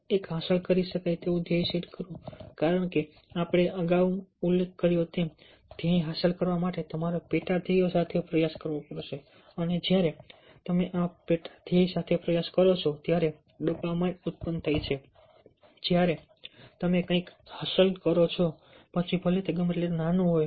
એક હાંસલ કરી શકાય તેવું ધ્યેય સેટ કરો કારણ કે આપણે અગાઉ ઉલ્લેખ કર્યો છે તેમ ધ્યેય હાંસલ કરવા માટે તમારે પેટા ધ્યેયો સાથે પ્રયાસ કરવો પડશે અને જ્યારે તમે આ પેટા ધ્યેય સાથે પ્રયાસ કરો છો ત્યારે ડોપામાઇન ઉત્પન્ન થાય છે જ્યારે તમે કંઈક હાંસલ કરો છો પછી ભલે તે ગમે તેટલું નાનું હોય